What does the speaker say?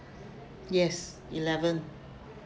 yes eleven